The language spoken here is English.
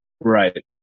Right